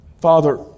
Father